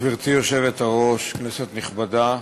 גברתי היושבת-ראש, כנסת נכבדה,